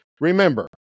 Remember